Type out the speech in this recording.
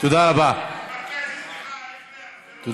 תבקשה סליחה, אייכלר, תבקש סליחה.